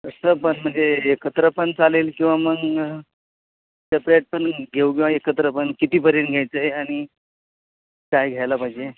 कसं पण म्हणजे एकत्र पण चालेल किंवा मग सेपरेट पण घेऊ किंवा एकत्र पण कितीपर्यंत घ्यायचं आहे आणि काय घ्यायला पाहिजे